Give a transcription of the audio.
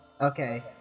Okay